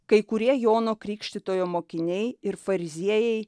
kai kurie jono krikštytojo mokiniai ir fariziejai